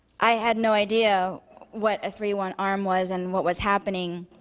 i had no idea what a three one arm was and what was happening.